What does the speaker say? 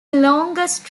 longest